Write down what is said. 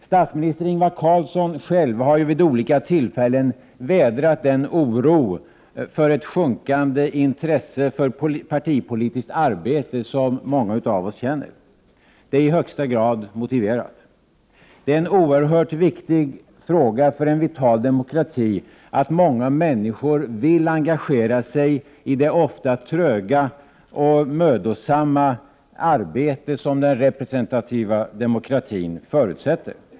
Statsminister Ingvar Carlsson själv har vid olika tillfällen vädrat en oro för ett sjunkande intresse för partipolitiskt arbete, som många av oss känner. Det är i högsta grad motiverat. Det är oerhört viktigt för en vital demokrati att många människor vill engagera sig i det ofta tröga och mödosamma arbete som den representativa demokratin förutsätter.